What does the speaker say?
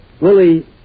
Willie